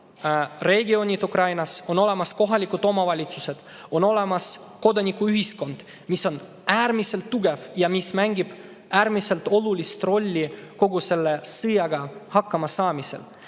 regioonid Ukrainas, on olemas kohalikud omavalitsused, on olemas kodanikuühiskond, mis on äärmiselt tugev ja mis mängib äärmiselt olulist rolli kogu selle sõjaga hakkama saamisel.